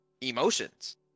emotions